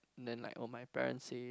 then like oh my parents say